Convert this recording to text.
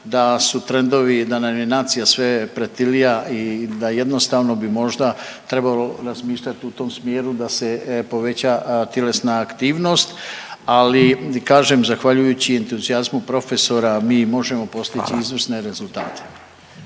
da su trendovi da nam je nacija sve pretilija i da jednostavno bi možda trebalo razmišljati u tom smjeru da se poveća tjelesna aktivnost. Ali kažem zahvaljujući entuzijazmu profesora …/Upadica Radin: Hvala./…mi možemo postići izvrsne rezultate.